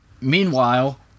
Meanwhile